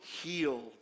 healed